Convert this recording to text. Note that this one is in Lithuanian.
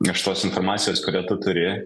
griežtos informacijos kurią tu turi